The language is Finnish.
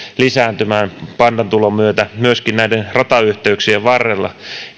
lisääntymään pandojen tulon myötä myöskin näiden ratayhteyksien varrella